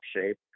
shape